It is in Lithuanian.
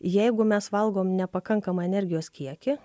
jeigu mes valgom nepakankamą energijos kiekį